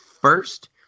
first